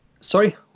Sorry